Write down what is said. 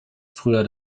früher